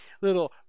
little –